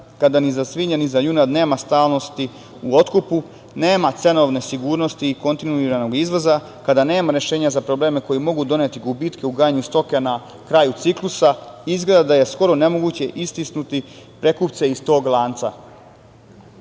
kada ni za svinje ni za junad nema stalnosti u otkupu, nema cenovne sigurnosti i kontinuiranog izvoza, kada nema rešenja za probleme koji mogu doneti gubitke u odgajanju stoke na kraju ciklusa, izgleda da je skoro nemoguće istisnuti prekupce iz tog lanca. Osim